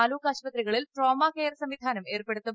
താലൂക്ക് ആശുപത്രികളിൽ trauma care സംവിധാനം ഏർപ്പെടുത്തും